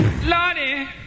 Lottie